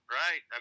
right